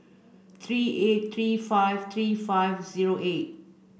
three eight three five three five zero eight